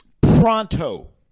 pronto